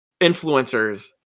influencers